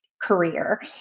Career